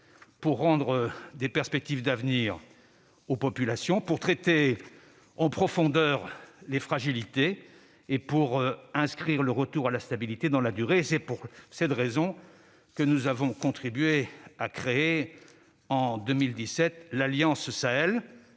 pour rendre des perspectives d'avenir aux populations, pour traiter en profondeur les fragilités et pour inscrire le retour à la stabilité dans la durée. C'est pour cette raison que nous avons contribué à créer, en 2017, avec